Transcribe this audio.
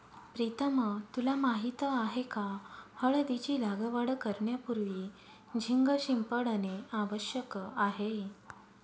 प्रीतम तुला माहित आहे का हळदीची लागवड करण्यापूर्वी झिंक शिंपडणे आवश्यक आहे